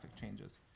changes